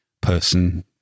person